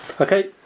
Okay